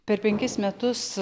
per penkis metus